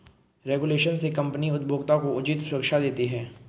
regulation से company उपभोक्ता को उचित सुरक्षा देती है